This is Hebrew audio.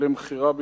למכירה בירושלים,